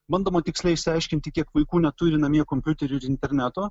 bandoma tiksliai išsiaiškinti kiek vaikų neturi namie kompiuterių ir interneto